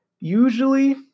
Usually